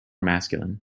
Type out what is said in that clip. masculine